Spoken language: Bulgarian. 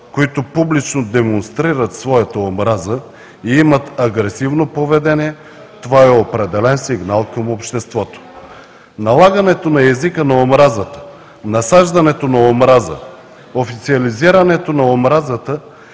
които публично демонстрират своята омраза и имат агресивно поведение, това е определен сигнал към обществото. Налагането на езика на омразата, насаждането на омраза, официализирането на омразата